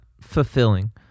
fulfilling